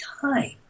time